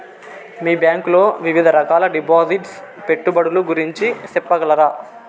మీ bank లో వివిధ రకాల డిపాసిట్స్, పెట్టుబడుల గురించి సెప్పగలరా?